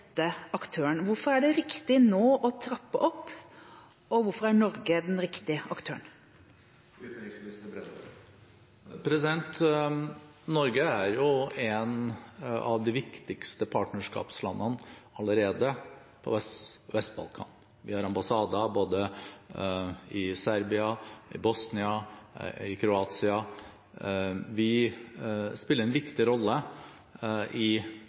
aktøren. Hvorfor er det riktig nå å trappe opp, og hvorfor er Norge den riktige aktøren? Norge er allerede et av de viktigste partnerskapslandene på Vest-Balkan. Vi har ambassader både i Serbia, i Bosnia og i Kroatia. Vi spiller en viktig rolle på Vest-Balkan både i